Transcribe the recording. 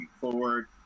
forward